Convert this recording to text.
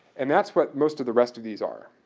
and that's what most of the rest of these are,